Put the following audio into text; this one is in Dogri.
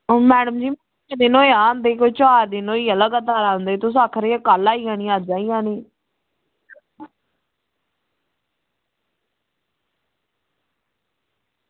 ओह् मैडम जी किन्ने दिन होई गे औंदे मिगी चार दिन होई गे लगातार औंदे तुस आक्खा दे कल्ल आई जानी अज्ज आई जानी